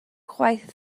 chwaith